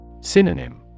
Synonym